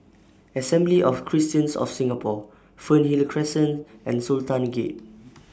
Assembly of Christians of Singapore Fernhill Crescent and Sultan Gate